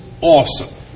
awesome